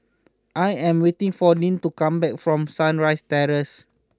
I am waiting for Lyn to come back from Sunrise Terrace